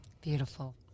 Beautiful